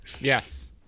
Yes